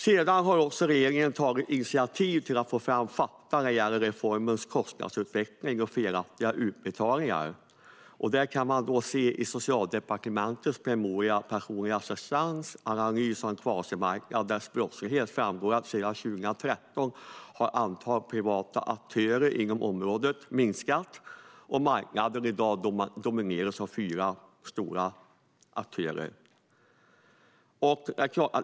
Regeringen har också tagit initiativ till att få fram fakta när det gäller reformens kostnadsutveckling och felaktiga utbetalningar. Av Socialdepartementets promemoria Personlig assistans - Analys av en kvasimarknad och dess brottslighet framgår att sedan 2013 har antalet privata aktörer inom området minskat. Marknaden domineras i dag av fyra stora aktörer.